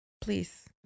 please